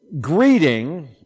greeting